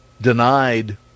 denied